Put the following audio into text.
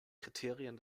kriterien